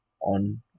on